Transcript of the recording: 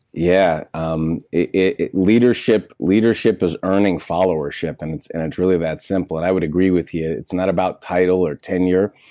yeah. um leadership leadership is earning followership and it's and it's really that simple. and i would agree with you. it's not about title or tenure.